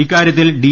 ഇക്കാര്യത്തിൽ ഡി